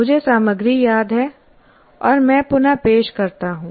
मुझे सामग्री याद है और मैं पुन पेश करता हूं